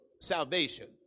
salvation